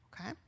okay